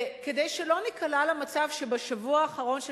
כדי שלא ניקלע למצב שבשבוע האחרון של